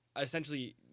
essentially